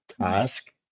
task